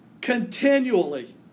Continually